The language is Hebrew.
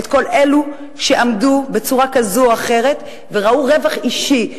את כל אלו שעמדו בצורה כזאת או אחרת וראו רווח אישי.